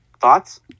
Thoughts